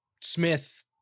smith